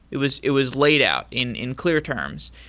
it was it was laid out in in clear terms,